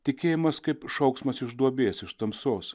tikėjimas kaip šauksmas iš duobės iš tamsos